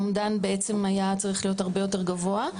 האומדן בעצם היה צריך להיות הרבה יותר גבוה,